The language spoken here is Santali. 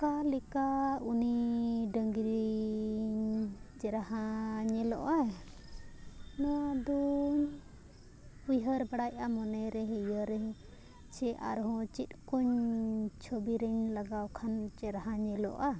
ᱚᱠᱟ ᱞᱮᱠᱟ ᱩᱱᱤ ᱰᱟᱹᱝᱨᱤᱧ ᱪᱮᱨᱦᱟ ᱧᱮᱞᱚᱜᱼᱟ ᱱᱚᱣᱟ ᱫᱚ ᱩᱭᱦᱟᱹᱨ ᱵᱟᱲᱟᱭᱟ ᱢᱚᱱᱮ ᱨᱮ ᱤᱭᱟᱹ ᱨᱮ ᱪᱮᱫ ᱟᱨᱦᱚᱸ ᱪᱮᱫ ᱠᱚᱧ ᱪᱷᱚᱵᱤᱨᱤᱧ ᱞᱟᱜᱟᱣ ᱠᱷᱟᱱ ᱪᱮᱨᱦᱟ ᱧᱮᱞᱚᱜᱼᱟ